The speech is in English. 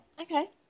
Okay